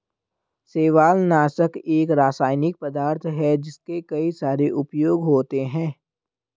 शैवालनाशक एक रासायनिक पदार्थ है जिसके कई सारे उपयोग होते हैं